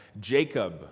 Jacob